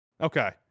Okay